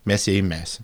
mes ją įmesim